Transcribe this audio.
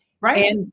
Right